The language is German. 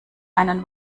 einen